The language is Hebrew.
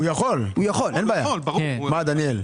הוא בחר שיהיה לו הלכה.